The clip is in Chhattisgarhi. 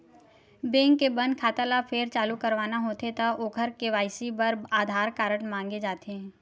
बेंक के बंद खाता ल फेर चालू करवाना होथे त ओखर के.वाई.सी बर आधार कारड मांगे जाथे